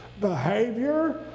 behavior